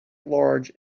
large